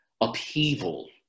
upheaval